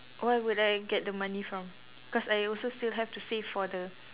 where would I get the money from cause I also still have to save for the